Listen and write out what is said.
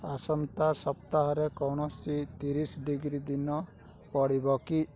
ଆସନ୍ତା ସପ୍ତାହରେ କୌଣସି ତିରିଶ ଡିଗ୍ରୀ ଦିନ ପଡ଼ିବ କି